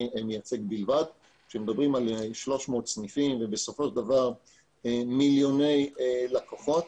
מייצג בלבד כשמדברים על 300 סניפים ומיליוני לקוחות.